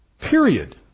Period